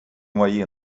мої